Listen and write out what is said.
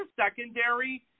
secondary